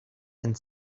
and